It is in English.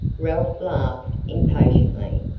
ralph laughed impatiently.